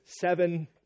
seven